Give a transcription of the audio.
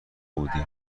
بودی